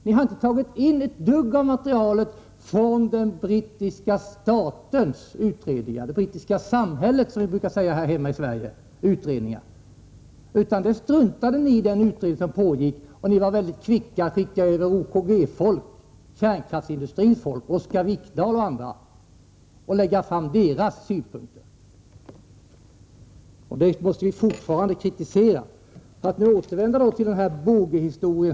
Ni har inte inhämtat ett dugg från det brittiska samhällets — som vi brukar säga här i Sverige — utredningar. Ni struntade i den utredning som arbetade. Ni var väldigt kvicka med att skicka över OKG-folk — kärnkraftsindustrins folk, Wikdahl och andra — och lägga fram deras synpunkter. Det finns fortfarande skäl att framföra kritik på den punkten. Åter till det här med Boge-historien.